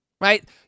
right